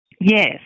Yes